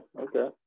okay